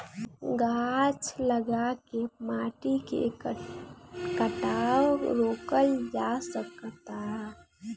गाछ लगा के माटी के कटाव रोकल जा सकता